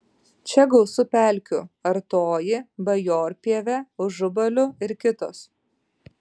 čia gausu pelkių artoji bajorpievė užubalių ir kitos